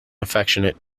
affectionate